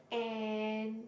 and